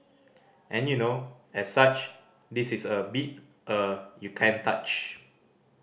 and you know as such this is a beat uh you can't touch